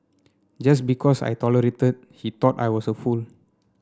just because I tolerated he thought I was a fool